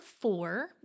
four